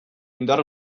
indar